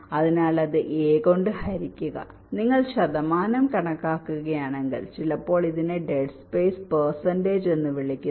അതിനാൽ അത് എ കൊണ്ട് ഹരിക്കുക നിങ്ങൾ ശതമാനം കണക്കുകൂട്ടുകയാണെങ്കിൽ ചിലപ്പോൾ നിങ്ങൾ ഇതിനെ ഡെഡ് സ്പേസ് പെർസെന്റജ് എന്ന് വിളിക്കുന്നു